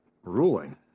ruling